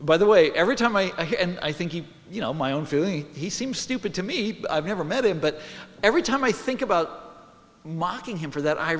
by the way every time i hear and i think you know my own feeling he seems stupid to meet i've never met him but every time i think about mocking him for that i